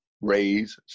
raise